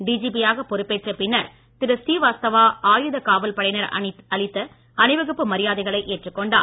DGP யாகப் பொறுப்பேற்ற பின்னர் திரு ஸ்ரீவாஸ்தவா ஆயுத காவல் படையினர் அளித்த அணிவகுப்பு மரியாதைகளை ஏற்றுக் கொண்டார்